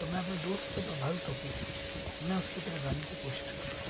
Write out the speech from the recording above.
तो मैं अपने दोस्त से प्रभावित हो कर मैं उसकी तरह गाने की कोशिश करता था